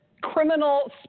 criminal